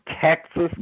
Texas